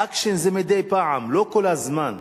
אקשן זה מדי פעם, לא כל הזמן.